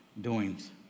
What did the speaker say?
doings